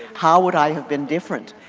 how would i have been different?